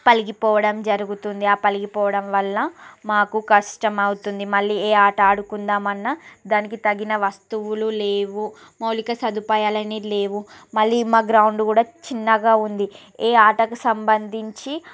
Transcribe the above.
పగిలిపోవడం జరుగుతుంది ఆ పగిలిపోవడం వల్ల మాకు కష్టం అవుతుంది మళ్ళీ ఏ ఆట ఆడుకుందాం అన్నా దానికి తగిన వస్తువులు లేవు మౌలిక సదుపాయాలు అనేవి లేవు మళ్ళీ మా గ్రౌండ్ కూడా చిన్నగా ఉంది ఏ ఆటకు సంబంధించి